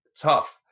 tough